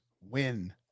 win